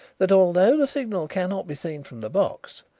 that although the signal cannot be seen from the box,